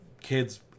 Kids